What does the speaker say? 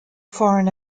foreign